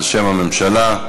בשם הממשלה.